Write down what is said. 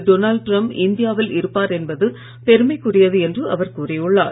Donald Trump இந்தியாவில் இருப்பார் என்பது பெருமைக்குரியது என்று அவர் கூறியுள்ளார்